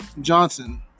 Johnson